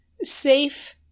safe